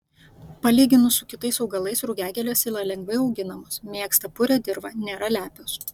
palyginus su kitais augalais rugiagėlės yra lengvai auginamos mėgsta purią dirvą nėra lepios